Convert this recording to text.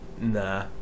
Nah